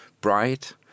bright